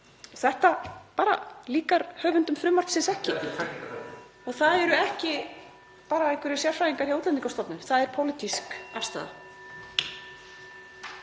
Þetta líkar höfundum frumvarpsins ekki og það eru ekki bara einhverjir sérfræðingar hjá Útlendingastofnun, það er pólitísk afstaða.